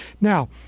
Now